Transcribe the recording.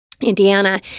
Indiana